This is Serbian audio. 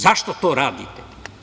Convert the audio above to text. Zašto to radite?